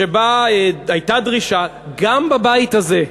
שבה הייתה דרישה, גם בבית הזה,